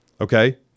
Okay